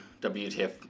WTF